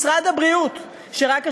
משרד הבריאות, שרק השבוע,